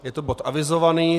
Je to bod avizovaný.